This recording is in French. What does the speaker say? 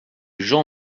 jean